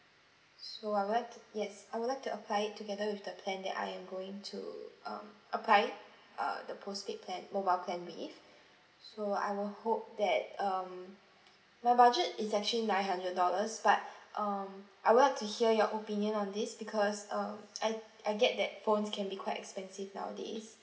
so I would like to yes I would like to apply it together with the plan that I am going to um apply uh the postpaid plan mobile plan with so I will hope that um my budget is actually nine hundred dollars but um I would like to hear your opinion on this because uh I I get that phones can be quite expensive nowadays